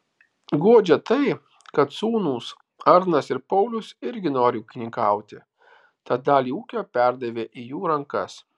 guodžia tai kad sūnūs arnas ir paulius irgi nori ūkininkauti tad dalį ūkio perdavė į jų rankas